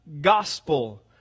gospel